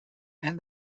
and